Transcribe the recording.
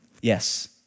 yes